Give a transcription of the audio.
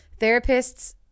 therapists